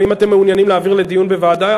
ואם אתם מעוניינים להעביר לדיון בוועדה,